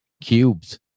cubes